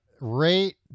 Rate